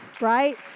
right